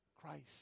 Christ